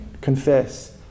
confess